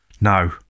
No